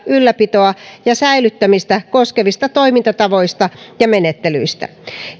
ylläpitoa ja säilyttämistä koskevista toimintatavoista ja menettelyistä